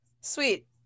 Sweet